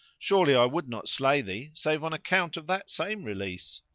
surely i would not slay thee save on account of that same release.